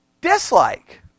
dislike